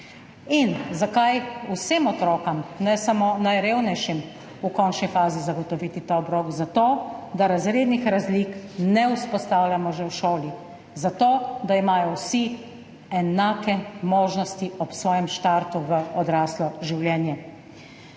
vsem otrokom, ne samo najrevnejšim, ta obrok. Zato da razrednih razlik ne vzpostavljamo že v šoli. Zato da imajo vsi enake možnosti ob svojem startu v odraslo življenje.